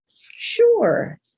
Sure